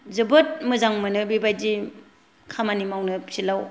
जोबोद मोजां मोनो बेबादि खामानि मावनो फिल्दाव